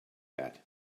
that